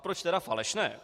Proč tedy falešné?